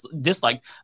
disliked